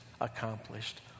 accomplished